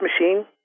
machine